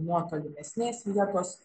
nuo tolimesnės vietos